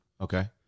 Okay